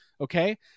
Okay